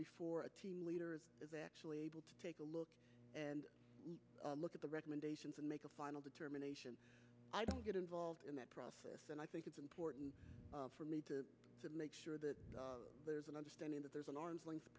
before a team leader is actually able to take a look and look at the recommendations and make a final determination i don't get involved in that process and i think it's important for me to make sure that there's an understanding that there's an arm's length